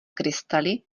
krystaly